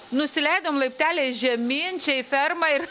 nusileidom laipteliais žemyn čia į fermą ir